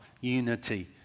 unity